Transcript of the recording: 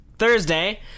Thursday